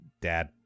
dad